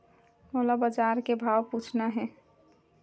मोला बजार के भाव पूछना हे?